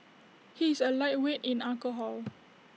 he is A lightweight in alcohol